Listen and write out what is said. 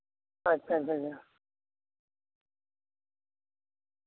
ᱟᱪᱪᱷᱟ ᱟᱪᱪᱷᱟ ᱟᱪᱪᱷᱟ